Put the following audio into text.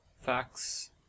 facts